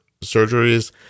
surgeries